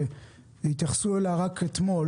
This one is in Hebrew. והתייחסו אליה רק אתמול